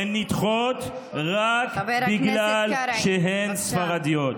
הן נדחות רק בגלל שהן ספרדיות.